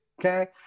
Okay